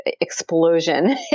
explosion